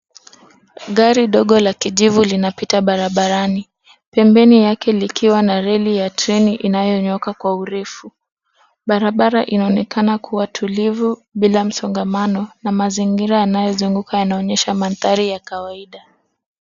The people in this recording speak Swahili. Gari dogo la kijivu linapita barabarani, pembeni yake likiwa na reli ya treni inayonyooka kwa urefu, barabara inaonekana kuwa tulivu bila msongamano na mazingira yanayozunguka yanaonyesha madhari ya kawaida.